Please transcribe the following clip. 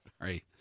right